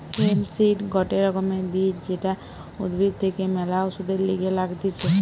hemp seed গটে রকমের বীজ যেটা উদ্ভিদ থেকে ম্যালা ওষুধের লিগে লাগতিছে